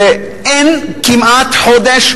אין כמעט חודש,